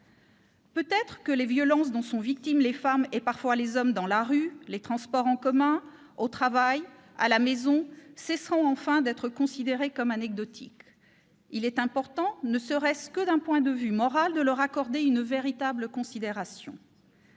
Peut-être les violences dont sont victimes les femmes et parfois les hommes dans la rue, les transports en commun, au travail, à la maison, cesseront-elles enfin d'être considérées comme anecdotiques. Il est important, ne serait-ce que d'un point de vue moral, de leur accorder une véritable considération.